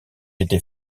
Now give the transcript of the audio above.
été